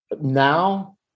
now